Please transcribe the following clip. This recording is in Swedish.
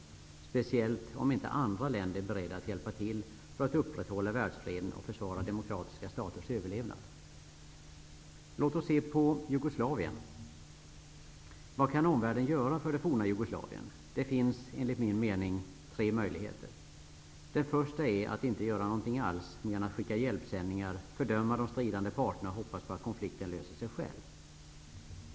Det gäller speciellt om inte andra länder är beredda att hjälpa till för att upprätthålla världsfreden och försvara demokratiska staters överlevnad. Låt oss se på Jugoslavien. Vad kan omvärlden göra för det forna Jugoslavien? Det finns, enligt min mening, tre möjligheter. Den första är att inte göra något alls mer än att skicka hjälpsändningar, fördöma de stridande parterna och hoppas på att konflikten löser sig själv.